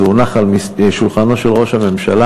זה הונח על שולחנו של ראש הממשלה,